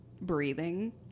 breathing